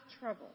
trouble